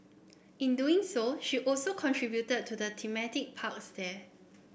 in doing so she also contributed to the thematic parks there